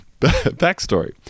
Backstory